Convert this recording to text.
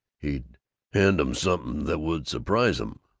he'd hand em something that would surprise em.